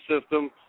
System